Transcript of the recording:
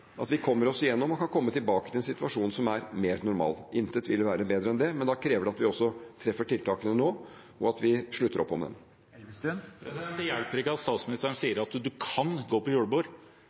at vi kommer oss igjennom og kan komme tilbake til en situasjon som er mer normal. Intet ville være bedre enn det, men da krever det at vi også treffer tiltakene nå, og at vi slutter opp om dem. Det hjelper ikke at statsministeren sier at man kan gå på julebord.